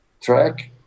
track